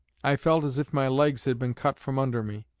i felt as if my legs had been cut from under me.